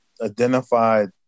identified